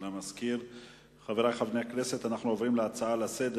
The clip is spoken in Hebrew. חברי חברי הכנסת,